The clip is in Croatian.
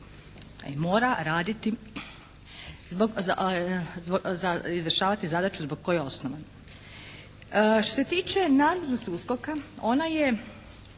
izvršavati zadaću zbog koje je osnovan. Što se tiče nadležnosti USKOK-a ona je